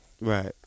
Right